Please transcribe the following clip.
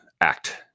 Act